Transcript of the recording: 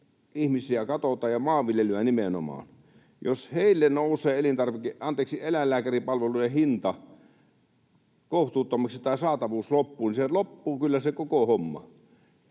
ihmisiä katsotaan ja maanviljelyä nimenomaan, niin jos heille nousee eläinlääkäripalveluiden hinta kohtuuttomaksi tai saatavuus loppuu, niin loppuu kyllä se koko homma.